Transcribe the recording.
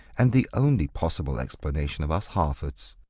and the only possible explanation of us harfords.